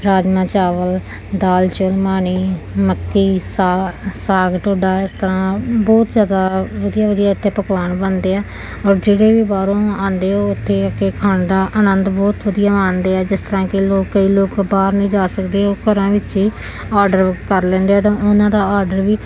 ਰਾਜਮਾਂਹ ਚਾਵਲ ਦਾਲ ਚਰਮਾਨੀ ਮੱਕੀ ਸਾ ਸਾਗ ਟੋਡਾ ਇਸ ਤਰ੍ਹਾਂ ਬਹੁਤ ਜ਼ਿਆਦਾ ਵਧੀਆ ਵਧੀਆ ਇੱਥੇ ਪਕਵਾਨ ਬਣਦੇ ਆ ਔਰ ਜਿਹੜੇ ਵੀ ਬਾਹਰੋਂ ਆਉਂਦੇ ਹੈ ਉਹ ਇੱਥੇ ਆ ਕੇ ਖਾਣ ਦਾ ਅਨੰਦ ਬਹੁਤ ਵਧੀਆ ਮਾਣਦੇ ਹੈ ਜਿਸ ਤਰ੍ਹਾਂ ਕਿ ਲੋਕ ਕਈ ਲੋਕ ਬਾਹਰ ਨਹੀਂ ਜਾ ਸਕਦੇ ਉਹ ਘਰਾਂ ਵਿੱਚ ਹੀ ਆਡਰ ਕਰ ਲੈਂਦੇ ਹੈ ਤਾਂ ਉਹਨਾਂ ਦਾ ਆਡਰ ਵੀ